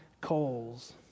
coals